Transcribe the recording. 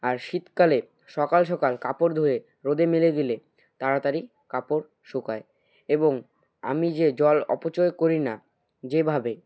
আর শীতকালে সকাল সকাল কাপড় ধুয়ে রোদে মেলে দিলে তাড়াতাড়ি কাপড় শুকায় এবং আমি যে জল অপচয় করি না যেভাবে